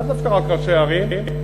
לאו דווקא ראשי ערים,